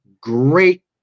great